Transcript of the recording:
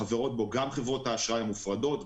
חברות בו גם חברות האשראי המופרדות,